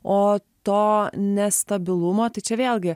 o to nestabilumo tai čia vėlgi